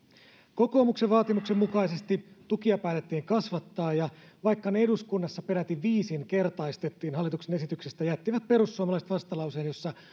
kokoomuksen vaatimuksen mukaisesti tukia päätettiin kasvattaa ja vaikka ne eduskunnassa peräti viisinkertaistettiin hallituksen esityksestä jättivät perussuomalaiset vastalauseen jossa